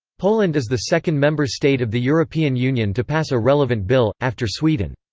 poland is the second member state of the european union to pass a relevant bill, after sweden.